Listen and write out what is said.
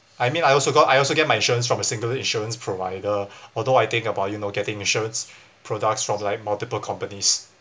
I mean I also got I also get my insurance from a single insurance provider although I think about you know getting insurance products from like multiple companies